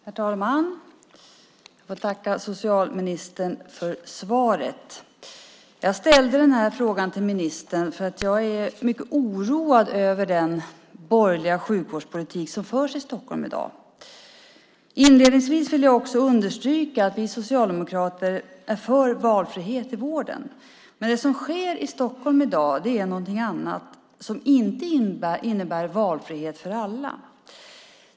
Herr talman! Jag tackar socialministern för svaret. Jag ställde den här frågan till ministern för jag är mycket oroad över den borgerliga sjukvårdspolitik som förs i Stockholm i dag. Inledningsvis vill jag också understryka att vi socialdemokrater är för valfrihet i vården. Men det som sker i Stockholm i dag är något annat som inte innebär valfrihet för alla.